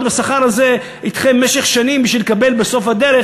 בשכר הזה אתכם במשך שנים בשביל לקבל בסוף הדרך,